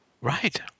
Right